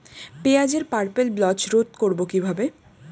পেঁয়াজের purple blotch রোধ করবো কিভাবে?